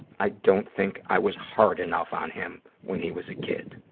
i don't think i was hard enough on him when he was a kid.